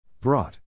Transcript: Brought